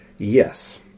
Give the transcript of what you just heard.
Yes